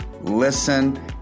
listen